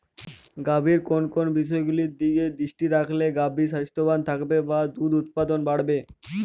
গাভীর কোন কোন বিষয়গুলোর দিকে দৃষ্টি রাখলে গাভী স্বাস্থ্যবান থাকবে বা দুধ উৎপাদন বাড়বে?